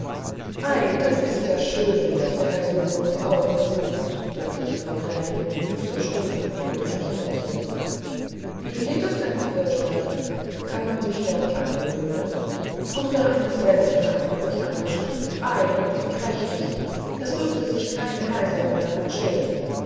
ei das ist ja schön daß der herr sohn uns auch besucht sagte die frau gräfin mit süßer stimme und huldreichem lächeln wie geht es denn auf hirschberg kann man sich dort angewöhnen und gar eine sänfte hat man sich angeschafft ei und wie prächtig es dürfte sich keine kaiserin daran schämen